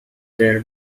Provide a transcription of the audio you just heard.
their